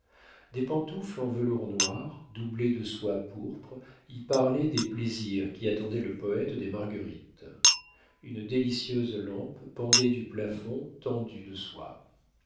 des pantoufles en velours noir doublées de soie pourpre y parlaient des plaisirs qui attendaient le poète des marguerites une délicieuse lampe pendait du plafond tendu de soie